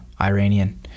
Iranian